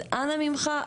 אז אנא ממך,